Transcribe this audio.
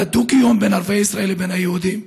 הדו-קיום בין הערבים הישראלים לבין היהודים.